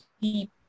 deep